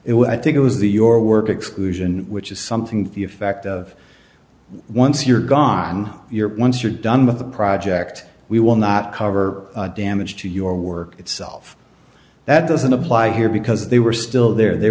what i think it was the your work exclusion which is something to the effect of once you're gone you're once you're done with the project we will not cover damage to your work itself that doesn't apply here because they were still there they